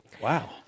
Wow